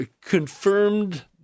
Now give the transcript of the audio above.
confirmed